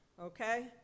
Okay